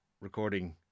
recording